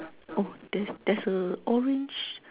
oh there's there's a orange